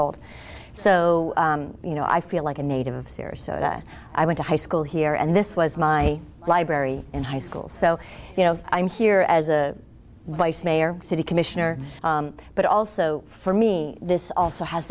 old so you know i feel like a native of sears so that i went to high school here and this was my library in high school so you know i'm here as a vice mayor city commissioner but also for me this also has